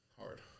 hard